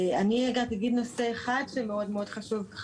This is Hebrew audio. אני רק אגיד נושא אחד שמאוד מאוד חשוב,